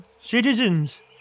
citizens